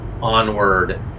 Onward